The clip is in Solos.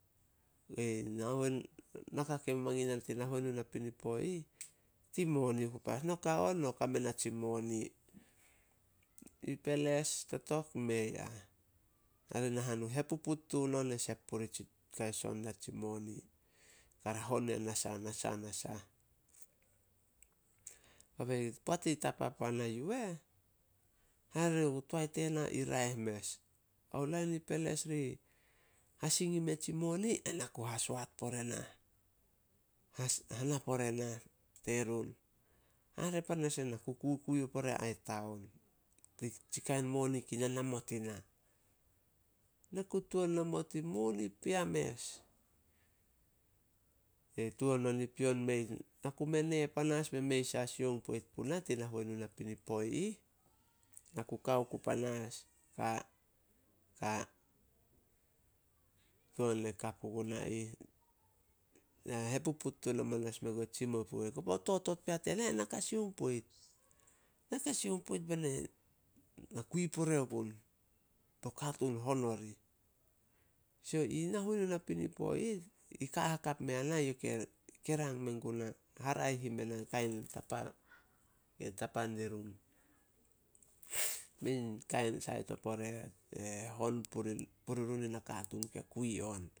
Naka ke mamangin yana tin nahuenu napinipo i ih, tin moni oku panas. No ka on, no kame natsi moni. I peles totok, mei ah. Hare ni nahanu e hepuput tun on e sep purih tsi kai son dia tsi moni. Kara hon ya nasa- nasa- nasah. Kobei poat i tapa puana yu eh, hare o toae tena i raeh mes. Ao lain i peles ri hasing i meh tsi moni, ai na ku hasoat pore nah. hana pore nah terun. Hare panas ena ku kukui o pore ai taon. Tsi kain moni kei nanamot ina, na ku tuan namot in moni peaa mes. E tuan on i pion, na ku me ne panas be mei a sioung poit puna tin nahuenu napinipo i ih. Na ku ka oku panas, ka- ka tuan on e ka puguna ih. Na e hepuput tun hamanas mengue tsimou purih. Koba totot pea tena, na ka soung poit- na ka sioung poit bena na kui pore o gun, to katuun hon orih. So, i nahuenu napinipo i ih, i ka hakap mea na, youh ke- ke rang menguna. Haraeh i mena kain tapa ke tapa dirun. Kan sait o pore e hon purirun nakatuun ke kui on.